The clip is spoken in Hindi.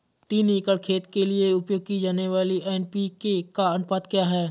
तीन एकड़ खेत के लिए उपयोग की जाने वाली एन.पी.के का अनुपात क्या है?